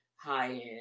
high-end